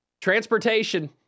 Transportation